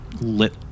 lit